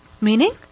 meaning